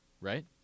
right